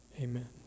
amen